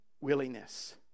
willingness